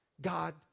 God